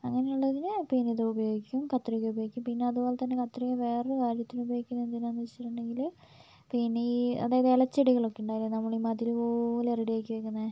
അങ്ങനെ ഉള്ളതിന് പിന്നെ ഇത് ഉപയോഗിക്കും കത്രിക ഉപയോഗിക്കും പിന്നെ അതുപോലെത്തന്നെ കത്രിക വേറൊരു കാര്യത്തിന് ഉപയോഗിക്കുന്നത് എന്തിനാണെന്ന് വെച്ചിട്ടുണ്ടെങ്കിൽ പിന്നെ ഈ അതായത് ഇല ചെടികൾ ഒക്കെ ഉണ്ടാവില്ലേ നമ്മൾ ഈ മതിൽ പോലെ റെഡി ആക്കി വയ്ക്കുന്നത്